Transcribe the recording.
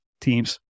teams